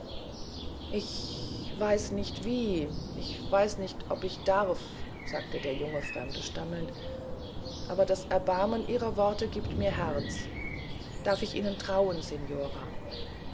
ich weiß nicht wie ich weiß nicht ob ich darf sagte der junge fremde stammelnd aber das erbarmen ihrer worte giebt mir herz darf ich ihnen trauen signora